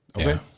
Okay